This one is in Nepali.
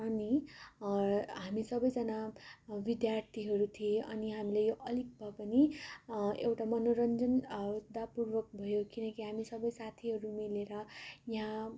अनि हामी सबैजना विद्यार्थीहरू थियौँ अनि हामीले अलिक भए पनि एउटा मनोरञ्जन ता पूर्वक भयो किनकि हामी सबै साथीहरू मिलेर यहाँ